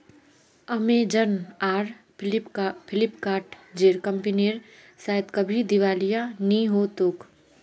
Amazon आर Flipkart जेर कंपनीर शायद कभी दिवालिया नि हो तोक